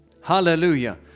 Hallelujah